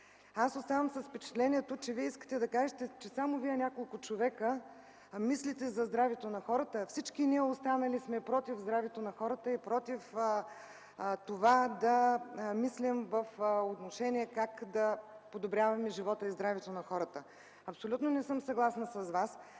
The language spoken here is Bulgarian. Оставам с впечатлението, че искате да кажете, че само Вие и няколко човека мислите за здравето на хората, а всичките ние – останалите, сме против здравето на хората и против това да мислим по отношение как да подобряваме живота и здравето на хората. Абсолютно не съм съгласна с Вас.